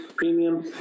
premium